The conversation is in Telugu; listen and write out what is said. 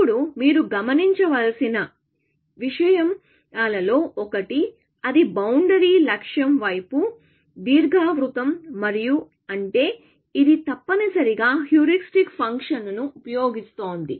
ఇప్పుడు మీరు గమనించవలసిన విషయలలో ఒకటి అది బౌండరీ లక్ష్యం వైపు దీర్ఘవృత్తం మరియు అంటే ఇది తప్పనిసరిగా హ్యూరిస్టిక్ ఫంక్షన్ను ఉపయోగిస్తోంది